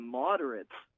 moderates